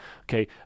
Okay